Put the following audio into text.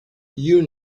you